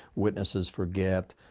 witnesses forget.